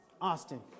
Austin